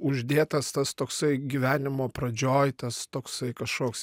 uždėtas tas toksai gyvenimo pradžioj tas toksai kažkoks